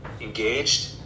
engaged